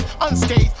unscathed